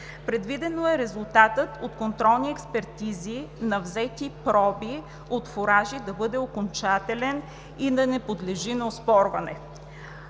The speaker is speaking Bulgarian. Предвидено е резултатът от контролни експертизи на взети проби от фуражи да бъде окончателен и да не подлежи на оспорване.